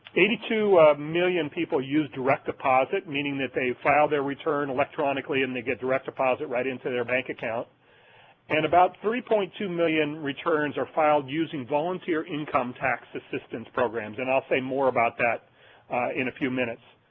eighty-two million people use direct deposit, meaning that they file their return electronically and they get direct deposit right into their bank account and about three point two million returns are filed using volunteer income tax assistance programs and i'll say more about that in a few minutes.